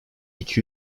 iki